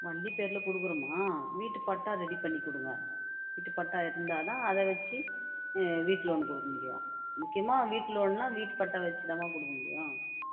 வண்டி பேரில் கொடுக்குறோம்மா வீட்டு பட்டா ரெடி பண்ணி கொடுங்க வீட்டு பட்டா இருந்தால்தான் அதை வச்சு வீட்டு லோன் கொடுக்க முடியும் முக்கியமாக வீட்டு லோனுன்னால் வீட்டு பட்டா வச்சுதாம்மா கொடுக்க முடியும்